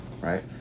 right